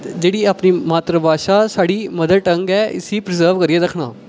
जेह्ड़ी अपनी मात्तर भाशा साढ़ी मदर टंग ऐ इसी प्रिजर्व करियै रक्खना